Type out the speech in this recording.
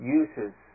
uses